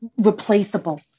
replaceable